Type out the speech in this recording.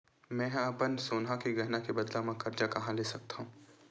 मेंहा अपन सोनहा के गहना के बदला मा कर्जा कहाँ ले सकथव?